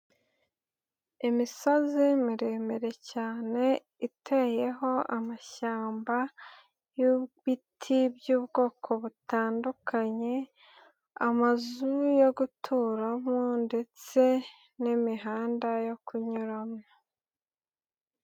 Imisozi miremire cyane iteyeho amashyamba y'ibiti by'ubwoko butandukanye, amazu yo guturamo ndetse n'imihanda yo kunyuramo.